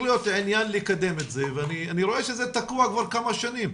להיות עניין לקדם את זה ואני רואה שזה תקוע כבר כמה שנים,